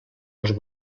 els